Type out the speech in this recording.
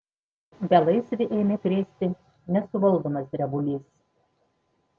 belaisvį ėmė krėsti nesuvaldomas drebulys